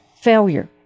failure